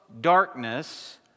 darkness